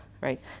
right